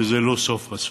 וזה לא סוף פסוק,